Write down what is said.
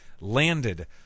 landed